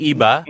Iba